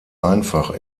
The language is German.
einfach